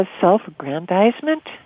self-aggrandizement